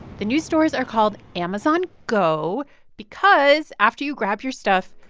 the new stores are called amazon go because after you grab your stuff,